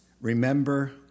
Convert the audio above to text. remember